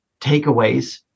takeaways